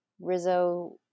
Rizzo